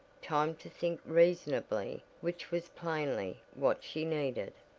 time to think reasonably which was plainly what she needed.